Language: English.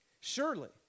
Surely